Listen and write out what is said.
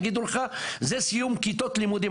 ויגידו לך שזה סיום כיתות לימודים.